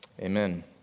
Amen